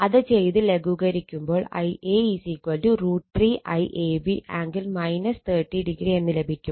അത് ചെയ്ത് ലഘൂകരിക്കുമ്പോൾ Ia √ 3 IAB ആംഗിൾ 30o എന്ന് ലഭിക്കും